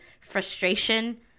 frustration